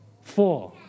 Four